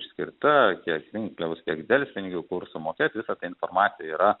skirta kiek rinkliavos kiek delspinigių kur sumokėt visa ta informacija yra